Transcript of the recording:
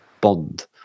bond